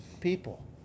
People